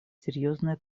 серьезные